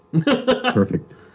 perfect